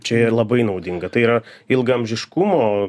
čia yra labai naudinga tai yra ilgaamžiškumo